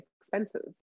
expenses